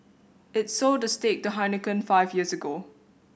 it sold the stake to Heineken five years ago